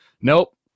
nope